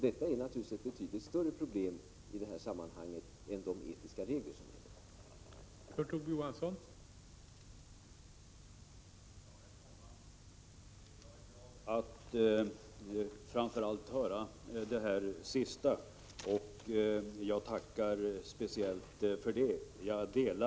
Detta är naturligtvis ett betydligt större problem i det här sammanhanget än de etiska regler som finns.